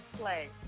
Play